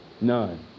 None